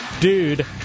dude